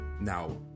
Now